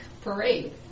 Parade